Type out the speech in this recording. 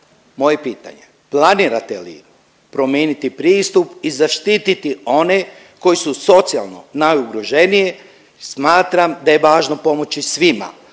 Moje pitanje. Planirate li promijeniti pristup i zaštiti one koji su socijalno najugroženije? Smatram da je važno pomoći svima,